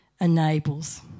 enables